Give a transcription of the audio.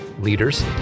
leaders